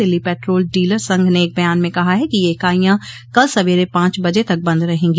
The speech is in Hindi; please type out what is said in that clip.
दिल्ली पेट्रोल डीलर संघ ने एक बयान में कहा है कि ये इकाईयां कल सवेरे पांच बज तक बंद रहेंगी